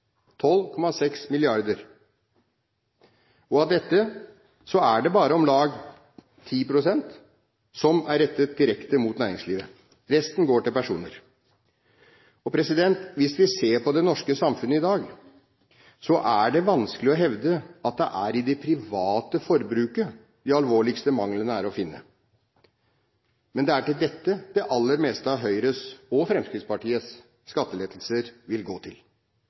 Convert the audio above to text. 12,6 mrd. kr. Av dette er det bare om lag 10 pst. som er rettet direkte mot næringslivet. Resten går til personer. Hvis vi ser på det norske samfunnet i dag, er det vanskelig å hevde at det er i det private forbruket de alvorligste manglene er å finne. Men det er dette det aller meste av Høyres – og Fremskrittpartiets – skattelettelser vil gå til,